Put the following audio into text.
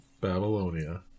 Babylonia